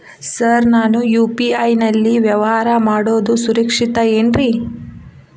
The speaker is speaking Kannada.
ಸರ್ ನಾನು ಯು.ಪಿ.ಐ ನಲ್ಲಿ ವ್ಯವಹಾರ ಮಾಡೋದು ಸುರಕ್ಷಿತ ಏನ್ರಿ?